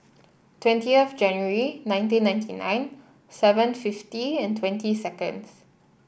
twentieth January nineteen ninety nine seven fifty and twenty seconds